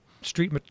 street